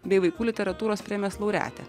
bei vaikų literatūros premijos laureatė